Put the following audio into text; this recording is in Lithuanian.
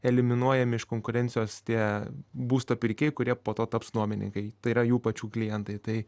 eliminuojami iš konkurencijos tie būsto pirkėjai kurie po to taps nuomininkai tai yra jų pačių klientai tai